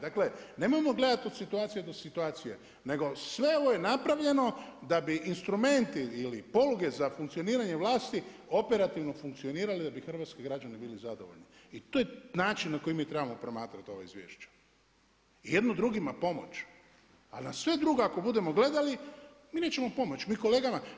Dakle, nemojmo gledati od situacije do situacije, nego sve je ovo napravljeno, da bi instrumenti ili poluge za funkcioniranje vlasti, operativno funkcionirali da bi hrvatski građani bili zadovoljni i to je način na koji mi trebamo promatrati ova izvješća, jedno drugima pomoć, ali na sve drugo ako budemo gledali mi nećemo pomoći kolegama.